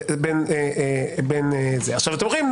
אתם אומרים,